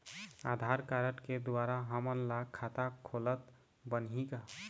आधार card के द्वारा हमन ला खाता खोलत बनही का?